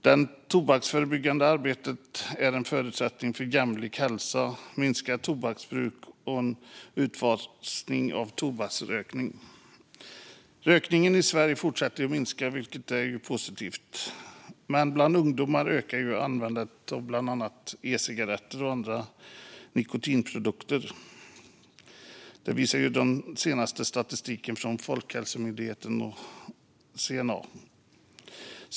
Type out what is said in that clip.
Det tobaksförebyggande arbetet är en förutsättning för jämlik hälsa, minskat tobaksbruk och utfasning av tobaksrökning. Rökningen i Sverige fortsätter att minska, vilket är positivt. Bland ungdomar ökar dock användandet av e-cigaretter och andra nikotinprodukter. Det visar den senaste statistiken från Folkhälsomyndigheten och CAN.